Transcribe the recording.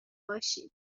باشین